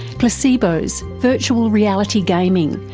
placebos, virtual reality gaming,